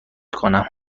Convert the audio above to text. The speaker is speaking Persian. کنم